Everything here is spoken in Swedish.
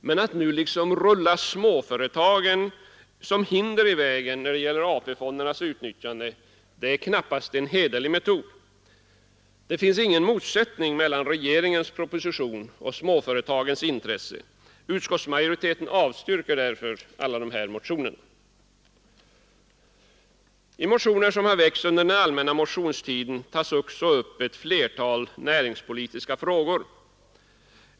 Men att nu liksom rulla småföretagen som hinder i vägen när det gäller AP-fondernas utnyttjande är knappast en hederlig metod. Det finns ingen motsättning mellan regeringens proposition och småföretagens intresse. Utskottsmajoriteten avstyrker därför alla dessa motioner. I motioner som har väckts under den allmänna motionstiden tas också upp ett flertal näringspolitiska frågor.